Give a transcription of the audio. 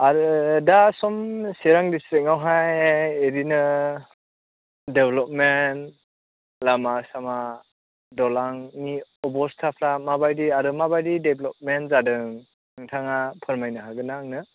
आरो दा सम चिरां डिस्ट्रिकआवहाय ओरैनो डेब्लपमेन्ट लामा सामा द'लांनि अबस्थाफ्रा माबायदि आरो माबायदि देब्लपमेन्ट जादों नोंथाङा फोरमायनो हागोन्ना आंनो